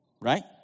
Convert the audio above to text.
Right